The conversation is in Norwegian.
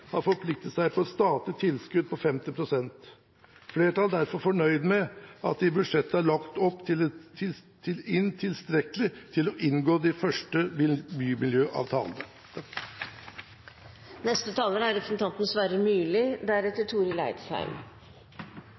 har forpliktet seg på et statlig tilskudd på 50 pst. Flertallet er derfor fornøyd med at det i budsjettet er lagt inn tilstrekkelig til å inngå de første bymiljøavtalene.